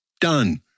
Done